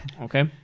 okay